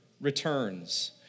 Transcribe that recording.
returns